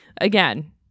Again